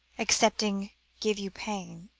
excepting give you pain.